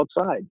outside